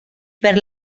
per